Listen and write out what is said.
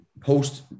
post